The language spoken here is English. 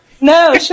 No